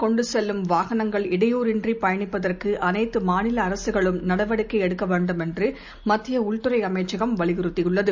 கொண்டுசெல்லும் வாகனங்கள் இடையூறன்றிபயணிப்பதற்குஅனைத்துமாநிலஅரசுகளும் நடவடிக்கைஎடுக்கவேண்டும் என்றுமத்தியஉள்துறைஅமைச்சகம் வலியுறுத்தியுள்ளது